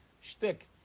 shtick